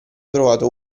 trovato